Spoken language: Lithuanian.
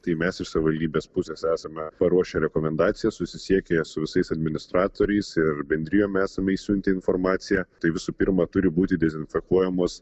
tai mes iš savivaldybės pusės esame paruošę rekomendaciją susisiekė su visais administratoriais ir bendrijom esame išsiuntę informaciją tai visų pirma turi būti dezinfekuojamos